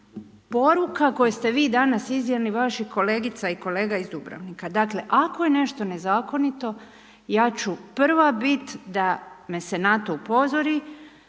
poruka, koje ste vi danas iznijeli, vaših kolegica i kolega iz Dubrovnika. Ako je nešto nezakonito, ja ću prva biti da me se na to upozori,